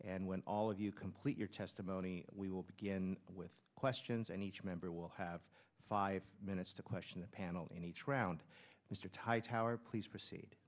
and when all of you complete your testimony we will begin with questions and each member will have five minutes to question the panel in each round mr tight however please proceed